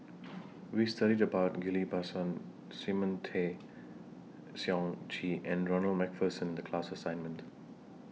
We studied about Ghillie BaSan Simon Tay Seong Chee and Ronald MacPherson in The class assignment